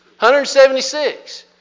176